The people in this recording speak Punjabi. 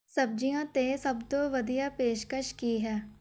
ਸਬਜ਼ੀਆਂ 'ਤੇ ਸਭ ਤੋਂ ਵਧੀਆ ਪੇਸ਼ਕਸ਼ ਕੀ ਹੈ